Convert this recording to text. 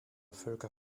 völker